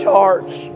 hearts